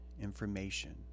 information